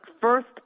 first